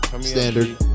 Standard